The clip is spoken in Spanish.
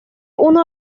uno